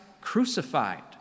crucified